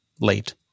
late